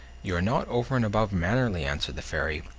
you are not over and above mannerly, answered the fairy,